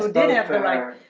whatever, right?